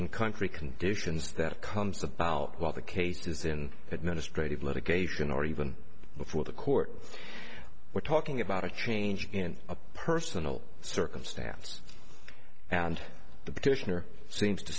in country conditions that comes about while the case is in administrative litigation or even before the court we're talking about a change in a personal circumstance and the